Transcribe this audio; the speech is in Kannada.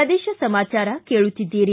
ಪ್ರದೇಶ ಸಮಾಚಾರ ಕೇಳುತ್ತೀದ್ದಿರಿ